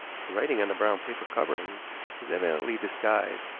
the writing on the brown paper covering was evidently disguised,